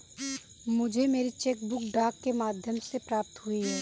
मुझे मेरी cheque book डाक के माध्यम से प्राप्त हुई है